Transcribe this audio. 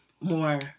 more